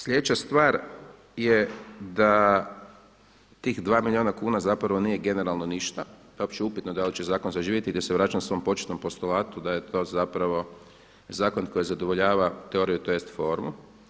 Sljedeća stvar je da tih dva milijuna kuna nije generalno ništa, znači upitno je da li će zakon zaživjeti i da se vraća svom početnom postulatu da je to zakon koji zadovoljava teoriju tj. formu.